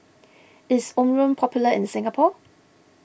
is Omron popular in Singapore